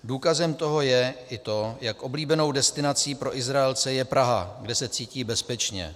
Důkazem toho je i to, jak oblíbenou destinací pro Izraelce je Praha, kde se cítí bezpečně.